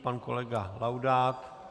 Pan kolega Laudát.